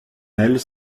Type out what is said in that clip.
elles